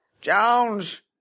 Jones